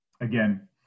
again